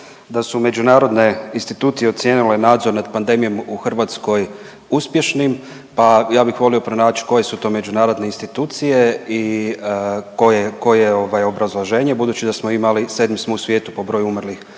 da su međunarodne institucije ocijenile nadzor nad pandemijom u Hrvatskoj uspješnim, pa ja bih volio pronać koje su to međunarodne institucije i koje je, koje je ovaj obrazloženje budući da smo imali, 7. smo u svijetu po broju umrlih